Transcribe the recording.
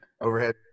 overhead